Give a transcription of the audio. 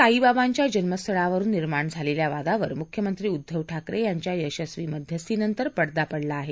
साईबाबांच्या जन्मस्थळावरून निर्माण झालेल्या वादावर मुख्यमंत्री उद्दव ठाकरे यांच्या यशस्वी मध्यस्थीनंतर पडदा पडला आहे